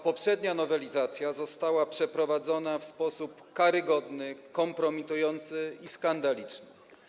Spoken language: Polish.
Poprzednia nowelizacja została przeprowadzona w sposób karygodny, kompromitujący i skandaliczny.